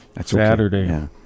Saturday